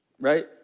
right